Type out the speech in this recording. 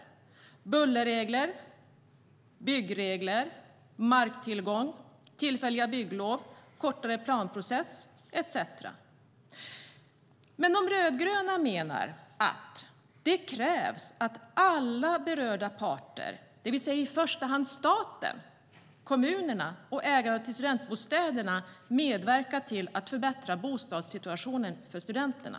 Det handlar om bullerregler, byggregler, marktillgång, tillfälliga bygglov, kortare planprocess etcetera. Men de rödgröna menar: "Det krävs att alla berörda parter, dvs. i första hand staten, kommunerna och ägarna till studentbostäderna medverkar till att förbättra bostadssituationen för studenterna.